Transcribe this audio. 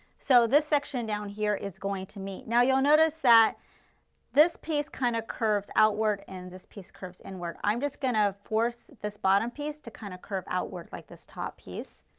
so this section down here is going to meet. now you will notice that this piece kind of curves outward and this piece curves inward. i am just going to force this bottom piece to kind of curve outward like this top piece.